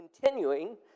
continuing